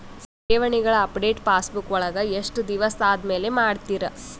ಠೇವಣಿಗಳ update passbook ವಳಗ ಎಷ್ಟ ದಿವಸ ಆದಮೇಲೆ ಮಾಡ್ತಿರ್?